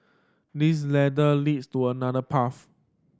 this ladder leads to another path